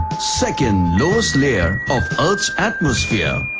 second lowest layer of earth's atmosphere.